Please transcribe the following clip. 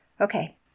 okay